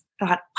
thought